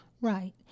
Right